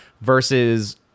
versus